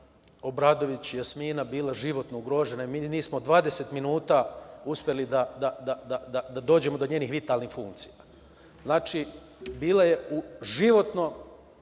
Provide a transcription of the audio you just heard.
Obradović Jasmina životno ugrožena i mi nismo 20 minuta uspeli da dođemo do njenih vitalnih funkcija. Znači, bila je životno